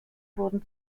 wurden